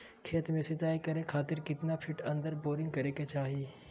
खेत में सिंचाई करे खातिर कितना फिट अंदर बोरिंग करे के चाही?